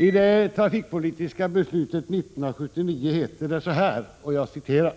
I det trafikpolitiska beslutet 39 1979 heter det